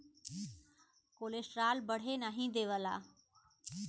cholesterol बढ़े नाही देवला